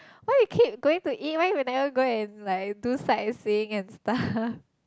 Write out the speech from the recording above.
why you keep going to eat why we never go and like do sightseeing and stuff